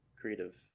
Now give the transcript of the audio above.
creative